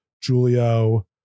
Julio